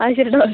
അത് ശരി ഡോ